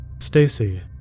Stacy